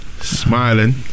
smiling